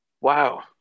Wow